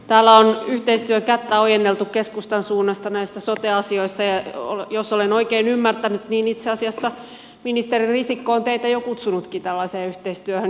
täällä on yhteistyön kättä ojenneltu keskustan suunnasta näissä sote asioissa ja jos olen oikein ymmärtänyt niin itse asiassa ministeri risikko on teitä jo kutsunutkin tällaiseen yhteistyöhön